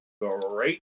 great